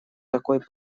такой